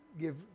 give